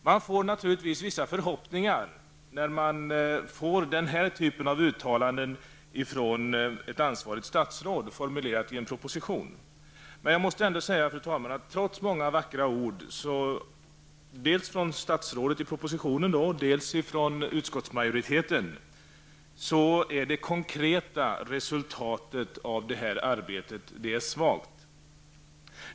Man får naturligtvis vissa förhoppningar efter sådana uttalanden från ett ansvarigt statsråd, formulerade i en proposition. Men jag måste ändå säga, fru talman, att trots många vackra ord dels från statsrådet i propositionen, dels från utskottsmajoriteten, så är det konkreta resultatet av arbetet svagt.